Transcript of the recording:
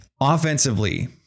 Offensively